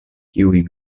kiuj